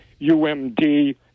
UMD